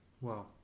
wow